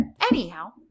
Anyhow